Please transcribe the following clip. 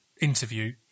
interview